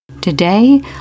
Today